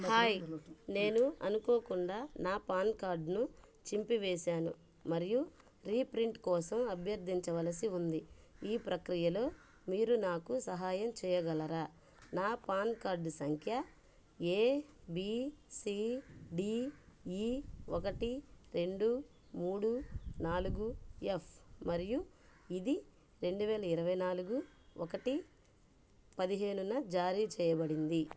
hi నేను అనుకోకుండా నా పాన్ కార్డ్ను చింపివేశాను మరియు రీప్రింట్ కోసం అభ్యర్థించవలసి ఉంది ఈ ప్రక్రియలో మీరు నాకు సహాయం చేయగలరా నా పాన్ కార్డు సంఖ్య A B C D E ఒకటి రెండు మూడు నాలుగు ఎఫ్ మరియు ఇది రెండు వేల ఇరవై నాలుగు ఒకటి పదిహేనున జారీ చేయబడింది